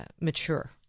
Mature